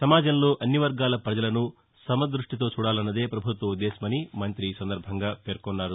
సమాజంలో అన్ని వర్గాల ప్రజలను సమదృష్టితో చూడాలన్నదే ప్రభుత్వ ఉద్దేశమని మంతి పేర్కొన్నారు